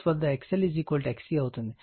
8 Ω అవుతుంది